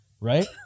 right